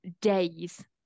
days